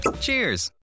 Cheers